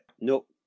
Nope